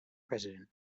president